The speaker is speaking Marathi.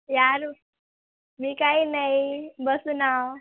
यालो मी काही नाही बसून आहे